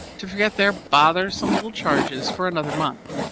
to forget their bothersome little charges for another month.